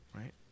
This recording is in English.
Right